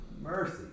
Mercy